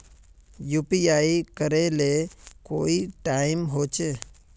UPI करे ले कोई टाइम होचे?